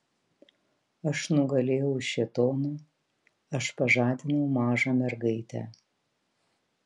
aš nugalėjau šėtoną aš pažadinau mažą mergaitę